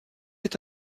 est